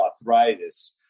arthritis